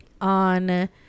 on